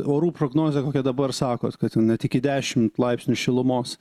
orų prognozę kokią dabar sakot kad net iki dešimt laipsnių šilumos